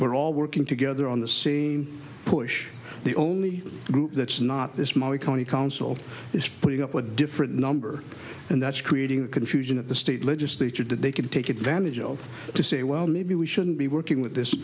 we're all working together on the scene push the only group that's not this morricone council is putting up a different number and that's creating confusion at the state legislature did they can take advantage of to say well maybe we shouldn't be working with this